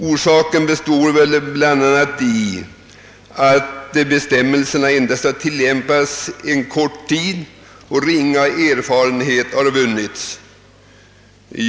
Orsaken är väl bl.a. att bestämmelserna endast har tilllämpats en kort tid och att ringa erfarenhet har vunnits.